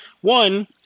one